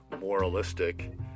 moralistic